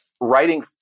writing